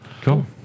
cool